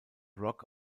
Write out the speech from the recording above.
rock